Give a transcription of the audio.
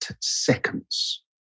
seconds